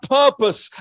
purpose